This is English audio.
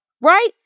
right